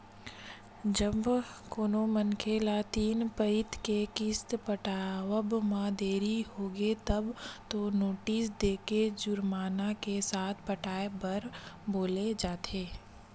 जब कोनो मनखे ल तीन पइत के किस्त पटावब म देरी होगे तब तो नोटिस देके जुरमाना के साथ पटाए बर बोले जाथे